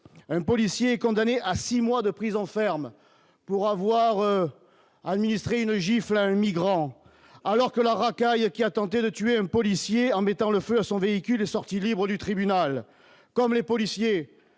un policier condamné à 6 mois de prison ferme pour avoir administré une gifle à un migrant alors que la racaille qui a tenté de tuer un policier en mettant le feu à son véhicule est sorti libre du tribunal, comme les policiers